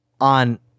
on